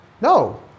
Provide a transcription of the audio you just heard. No